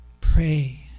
Pray